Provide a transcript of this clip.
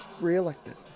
Re-Elected